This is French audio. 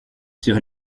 sur